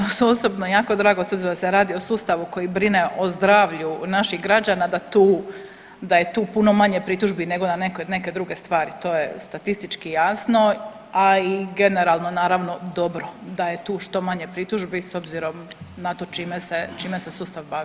Pa meni je osobno jako drago s obzirom da se radi o sustavu koji brine o zdravlju naših građana daje tu puno manje pritužbi nego na neke druge stvari, to je statistički jasno, a i generalno naravno dobro da je tu što manje pritužbi s obzirom na to čime se sustav bavi.